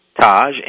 Taj